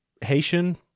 Haitian